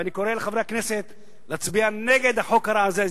אני קורא לחברי הכנסת להצביע נגד החוק הרע הזה.